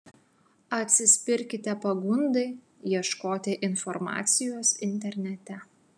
atsispirkite pagundai ieškoti informacijos internete